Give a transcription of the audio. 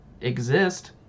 exist